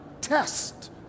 test